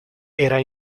era